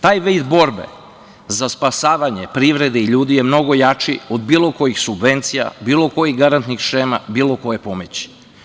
Taj vid borbe za spasavanje privrede i ljudi je mnogo jači od bilo kojih subvencija, bilo kojih garantnih šema, bilo koje pomoći.